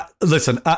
listen